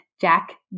Jack